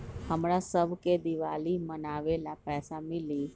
हमरा शव के दिवाली मनावेला पैसा मिली?